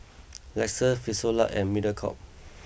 Lexus Frisolac and Mediacorp